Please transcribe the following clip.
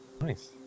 Nice